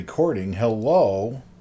Hello